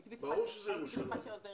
תגידי כמה מילים על ההתפתחויות מהישיבה